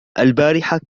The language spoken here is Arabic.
البارحة